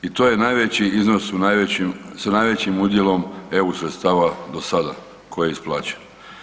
I to je najveći iznos sa najvećim udjelom EU sredstava do sada koji je isplaćen.